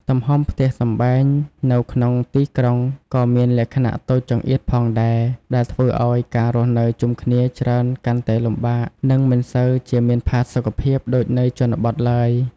ទំហំផ្ទះសម្បែងនៅក្នុងទីក្រុងក៏មានលក្ខណៈតូចចង្អៀតផងដែរ ដែលធ្វើឱ្យការរស់នៅជុំគ្នាច្រើនកាន់តែលំបាក និងមិនសូវជាមានផាសុកភាពដូចនៅជនបទឡើយ។